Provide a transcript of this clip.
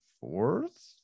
fourth